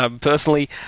personally